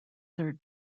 third